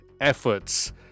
efforts